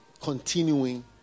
continuing